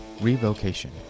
Revocation